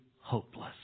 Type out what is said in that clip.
hopeless